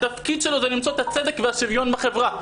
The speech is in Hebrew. התפקיד שלו זה למצוא את הצדק והשוויון בחברה,